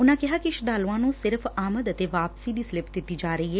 ਉਨੂਾਂ ਕਿਹਾ ਕਿ ਸ਼ਰਧਾਲੂਆਂ ਨੂੰ ਸਿਰਫ ਆਮਦ ਅਤੇ ਵਾਪਸੀ ਦੀ ਸਲਿੱਪ ਦਿੱਤੀ ਜਾ ਰਹੀ ਏ